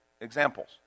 examples